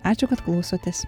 ačiū kad klausotės